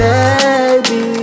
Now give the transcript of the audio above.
Baby